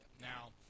Now